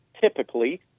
typically